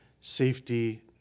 safety